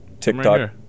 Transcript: TikTok